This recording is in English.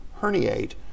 herniate